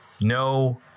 no